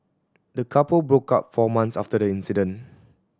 the couple broke up four months after the incident